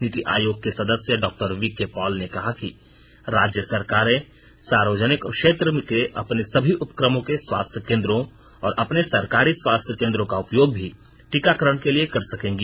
नीति आयोग के सदस्य डॉ वीके पॉल ने कहा कि राज्य सरकारें सार्वजनिक क्षेत्र के अपने सभी उपक्रमों के स्वास्थ्य केन्द्रों और अपने सरकारी स्वास्थ्य केन्द्रों का उपयोग भी टीकाकरण के लिए कर सकेंगी